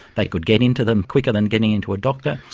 they could get into them quicker than getting into a doctor,